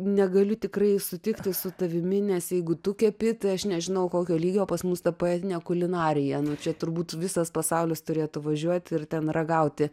negaliu tikrai sutikti su tavimi nes jeigu tu kepi tai aš nežinau kokio lygio pas mus ta poetinė kulinarija nu čia turbūt visas pasaulis turėtų važiuoti ir ten ragauti